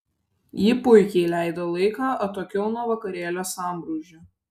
ji puikiai leido laiką atokiau nuo vakarėlio sambrūzdžio